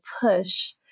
push